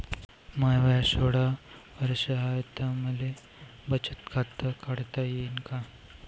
माय वय सोळा वर्ष हाय त मले बचत खात काढता येईन का?